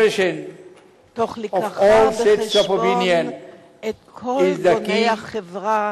המביאים בחשבון את כל גורמי החברה,